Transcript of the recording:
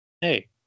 Hey